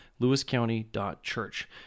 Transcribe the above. lewiscounty.church